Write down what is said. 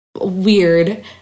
weird